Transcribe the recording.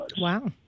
Wow